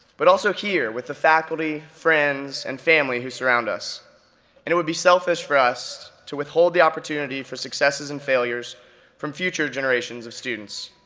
but also here, with the faculty, friends, and family who surround us, and it would be selfish for us to withhold the opportunity for successes and failures from future generations of students.